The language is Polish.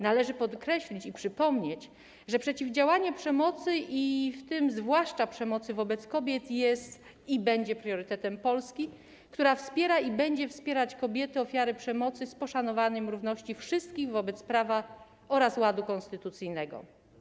Należy podkreślić i przypomnieć, że przeciwdziałanie przemocy, zwłaszcza przemocy wobec kobiet, jest i będzie priorytetem Polski, która wspiera i będzie wspierać kobiety - ofiary przemocy z poszanowaniem równości wszystkich wobec prawa oraz ładu konstytucyjnego.